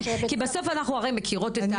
כי אנחנו הרי מכירות,